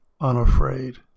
unafraid